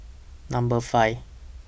Number five